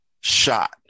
shot